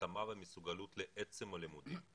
ההתאמה והמסוגלות לעצם הלימודים.